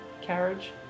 carriage